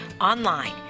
online